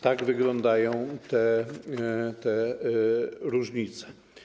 Tak wyglądają te różnice.